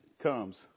comes